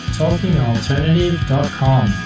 talkingalternative.com